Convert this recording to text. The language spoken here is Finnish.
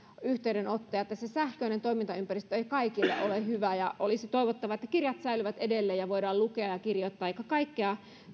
yhteydenottoja että se sähköinen toimintaympäristö ei kaikille ole hyvä ja olisi toivottavaa että kirjat säilyvät edelleen ja voidaan lukea ja kirjoittaa eikä kaikkea